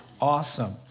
Awesome